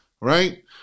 right